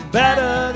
better